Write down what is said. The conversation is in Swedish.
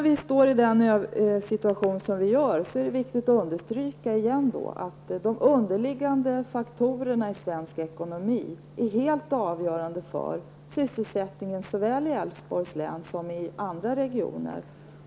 I den situation som vi nu befinner oss i är det viktigt att återigen understryka att de underliggande faktorerna i svensk ekonomi är helt avgörande för sysselsättningen såväl i Älvsborgs län som i andra regioner.